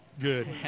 Good